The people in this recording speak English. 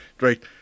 Right